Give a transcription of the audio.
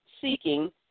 seeking